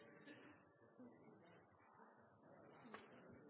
min oppfatning på